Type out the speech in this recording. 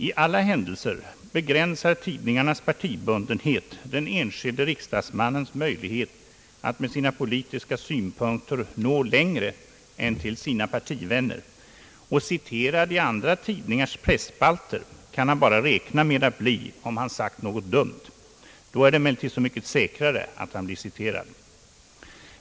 I alla händelser begränsar tidningarnas partibundenhet den enskilde riksdagsmannens möjlighet att med sina politiska synpunkter nå längre än till sina partivänner, och citerad i andra tidningars presspalter kan han bara räkna med att bli om han har sagt något dumt. Då är det emellertid så mycket säkrare att han blir citerad.